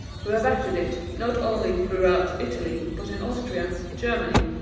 who have acted it, not only throughout italy, but in austria, germany,